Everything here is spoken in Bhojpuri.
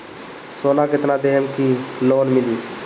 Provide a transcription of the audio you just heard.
सोना कितना देहम की लोन मिली?